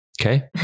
Okay